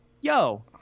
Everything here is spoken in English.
Yo